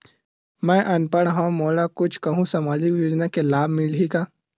मैं अनपढ़ हाव मोला कुछ कहूं सामाजिक योजना के लाभ मिलही का?